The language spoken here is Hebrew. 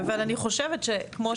אני חושבת שכן.